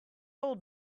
old